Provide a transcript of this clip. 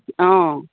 অঁ